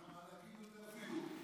אין לך מה להגיד על זה, אפילו?